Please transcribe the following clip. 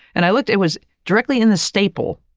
and i looked it was directly in the staple.